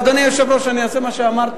אדוני היושב-ראש, אני אעשה מה שאמרת.